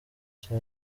cya